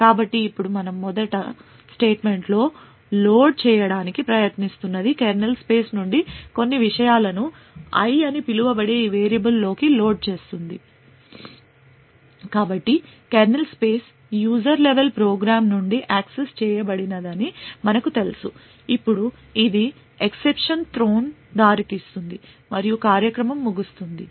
కాబట్టి ఇప్పుడు మనం మొదటి స్టేట్మెంట్ లో లోడ్ చేయటానికి ప్రయత్నిస్తున్నది కెర్నల్ స్పేస్ నుండి కొన్ని విషయాలను i అని పిలువబడే ఈ వేరియబుల్ లోకి లోడ్ చేస్తుంది కాబట్టి kernel space user level program నుండి యాక్సెస్ చేయబడదని మనకు తెలుసు ఇప్పుడు ఇది ఎక్సెప్షన్ thrown దారితీస్తుంది మరియు కార్యక్రమం ముగుస్తుంది